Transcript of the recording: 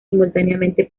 simultáneamente